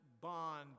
bond